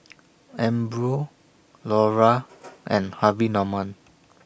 Umbro Lora and Harvey Norman